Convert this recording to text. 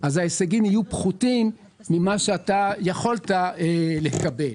ההישגים יהיו פחותים ממה שאתה יכולת לקבל.